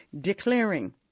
declaring